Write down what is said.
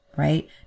Right